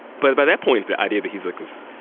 but by that point, the idea that he's like this,